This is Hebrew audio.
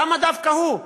למה דווקא הוא?